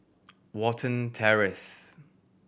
Watten Terrace